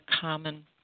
common